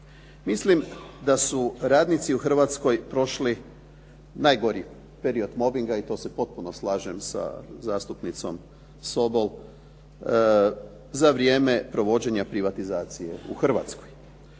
Mislim da su radnici u Hrvatskoj prošli najgori period mobinga i to se potpuno slažem sa zastupnicom Sobol, za vrijeme provođenja privatizacije u Hrvatskoj.